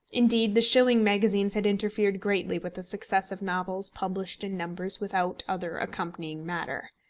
indeed the shilling magazines had interfered greatly with the success of novels published in numbers without other accompanying matter.